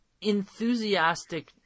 enthusiastic